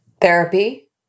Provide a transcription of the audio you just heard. Therapy